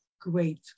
great